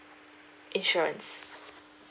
insurance